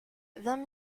vingt